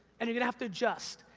and you're gonna have to adjust.